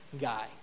guy